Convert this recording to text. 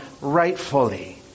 rightfully